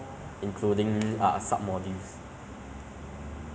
就是 ah 用手机 or 打游戏 lor call of duty